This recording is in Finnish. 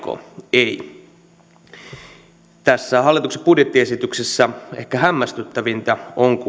ei tässä hallituksen budjettiesityksessä ehkä hämmästyttävintä